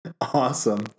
Awesome